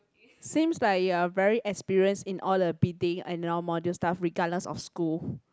seems like you are very experienced in all the be thing and around module stuff regardless of school